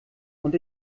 und